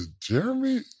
Jeremy